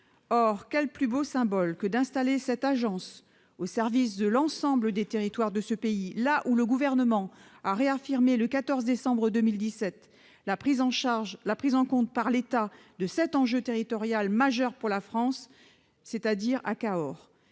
quel plus beau symbole que d'installer cette agence au service de l'ensemble des territoires de notre pays là où le Gouvernement a réaffirmé, le 14 décembre 2017, la prise en compte par l'État de cet enjeu territorial majeur pour la France, c'est-à-dire à Cahors